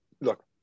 look